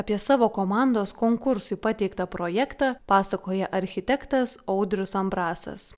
apie savo komandos konkursui pateiktą projektą pasakoja architektas audrius ambrasas